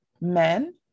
men